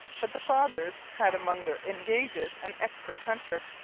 but the fathers had among their engages an expert hunter,